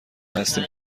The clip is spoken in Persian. هستیم